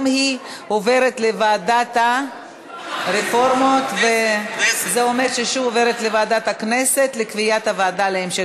לוועדה שתקבע ועדת הכנסת נתקבלה.